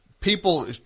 people